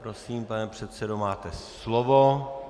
Prosím, pane předsedo, máte slovo.